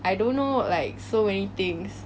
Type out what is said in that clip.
I don't know like so many things